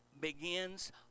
begins